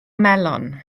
melon